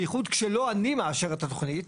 בייחוד שלא אני מאשר את התוכנית.